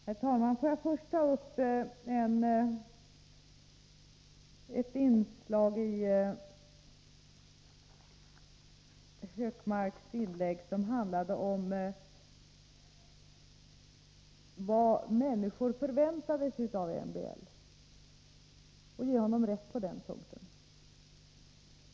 Herr talman! Får jag först ta upp ett inslag i Hökmarks inlägg som handlade om vad människor förväntade sig av MBL. Jag vill ge honom rätt på den punkten.